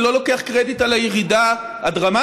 אני לא לוקח קרדיט על הירידה הדרמטית